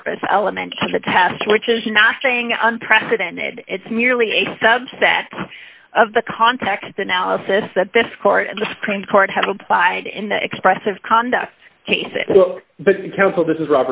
purpose element to the test which i'm not saying unprecedented it's merely a subset of the context analysis that this court and the supreme court have applied in the expressive conduct cases but this is